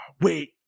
Wait